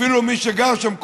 אפילו מי שגרים שם,